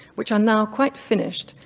which are now quite finished,